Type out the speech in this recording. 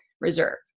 Reserve